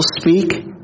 speak